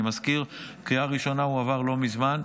אני מזכיר: בקריאה ראשונה הוא עבר לא מזמן,